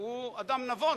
הוא אדם נבון,